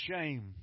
shame